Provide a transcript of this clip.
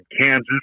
Kansas